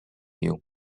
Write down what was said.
you